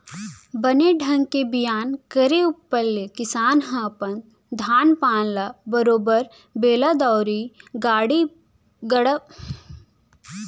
बने ढंग के बियान करे ऊपर ले किसान ह अपन धान पान ल बरोबर बेलन दउंरी, गाड़ा बइला ले मिस डारय